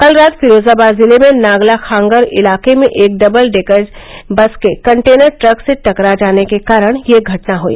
कल रात फिरोजाबाद जिले में नागला खांगर इलाके में एक डबल डेकर बस के कंटेनर ट्रक से टकरा जाने के कारण यह घटना हुई